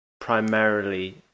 primarily